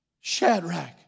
Shadrach